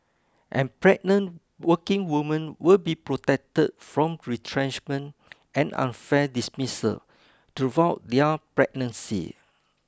and pregnant working women will be protected from retrenchment and unfair dismissal throughout their pregnancy